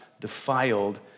defiled